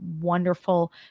wonderful